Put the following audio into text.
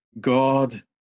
God